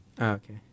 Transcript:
okay